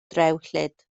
ddrewllyd